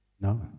No